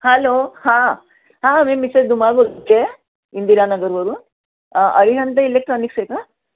hello हां हां मी मिसेस धुमाळ बोलते आहे इंदिरा नगरवरून अरिहंत इलेक्ट्रॉनिक्स आहे का